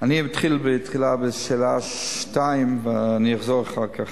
אני אתחיל בשאלה 2 ואחזור אחר כך.